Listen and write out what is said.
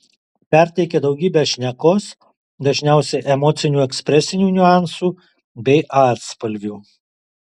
perteikia daugybę šnekos dažniausiai emocinių ekspresinių niuansų bei atspalvių